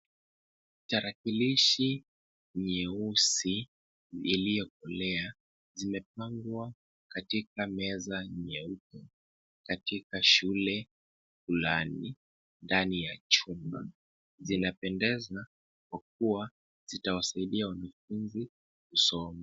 Tarakilishi nyeusi iliyokoloea, zimepangwa katika meza nyeupe, katika shule fulani, ndani ya chumba, zinapendeza kwa kuwa zitawasaidia wanafunzi kusoma.